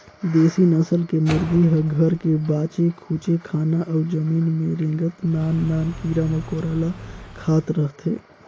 देसी नसल के मुरगी ह घर के बाचे खुचे खाना अउ जमीन में रेंगत नान नान कीरा मकोरा ल खात रहथे